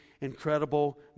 incredible